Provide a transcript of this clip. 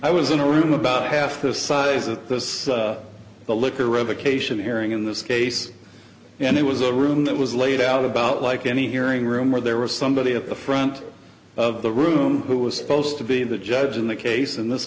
i was in a room about half the size of the liquor revocation hearing in this case and it was a room that was laid out about like any hearing room where there was somebody at the front of the room who was supposed to be the judge in the case in this